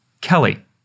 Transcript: Kelly